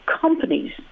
companies